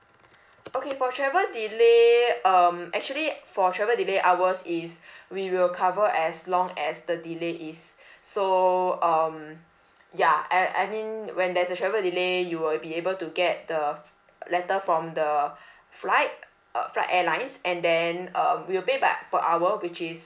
okay for travel delay um actually for travel delay hours is we will cover as long as the delay is so um ya I I mean when there's a travel delay you will be able to get the letter from the flight uh flight airlines and then um we'll pay by per hour which is